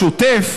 בשוטף,